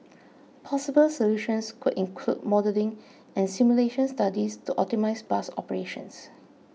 possible solutions could include modelling and simulation studies to optimise bus operations